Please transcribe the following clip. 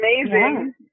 amazing